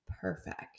perfect